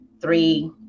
three